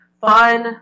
fun